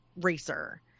racer